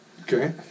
Okay